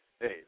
hey